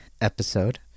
episode